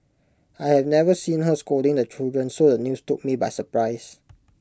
I have never seen her scolding the children so the news took me by surprise